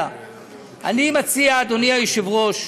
ב-10 בחודש,